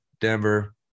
Denver